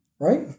right